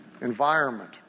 environment